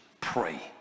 pray